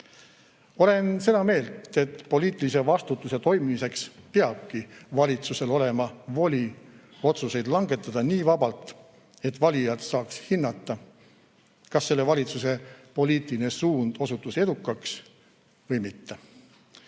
Olen seda meelt, et poliitilise vastutuse toimimiseks peabki valitsusel olema voli otsuseid langetada nii vabalt, et valijad saaks hinnata, kas selle valitsuse poliitiline suund osutus edukaks või mitte.